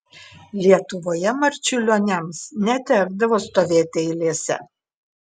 lietuvoje marčiulioniams netekdavo stovėti eilėse